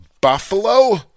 Buffalo